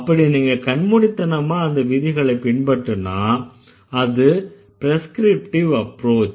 அப்படி நீங்க கண்மூடித்தனமா அந்த விதிகளை பின்பற்றுனா அது ப்ரெஸ்க்ரிப்டிவ் அப்ரோச்